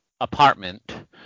apartment